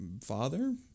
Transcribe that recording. father